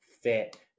fit